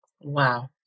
Wow